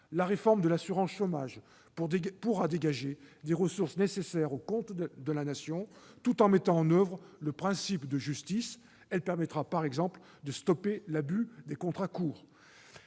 la réforme de l'assurance chômage pourra dégager des ressources nécessaires aux comptes de la Nation, tout en mettant en oeuvre le principe de justice. Elle permettra, par exemple, de stopper l'abus des contrats courts.